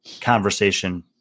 conversation